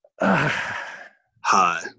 Hi